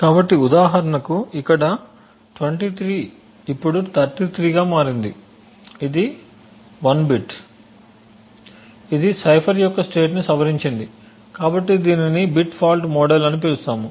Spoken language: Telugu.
కాబట్టి ఉదాహరణకు ఇక్కడ 23 ఇప్పుడు 33 గా మారింది ఇది 1 బిట్ ఇది సైఫర్ యొక్క స్టేట్ని సవరించింది కాబట్టి దీనిని బిట్ ఫాల్ట్ మోడల్అని పిలుస్తాము